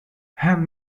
hand